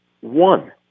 One